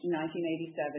1987